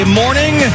morning